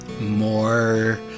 more